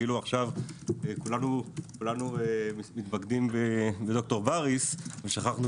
זה כאילו עכשיו כולנו מתמקדים בד"ר בריס ושכחנו